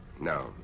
No